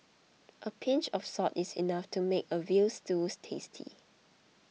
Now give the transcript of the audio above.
a pinch of salt is enough to make a Veal Stews tasty